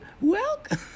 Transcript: Welcome